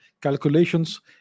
calculations